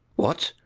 what?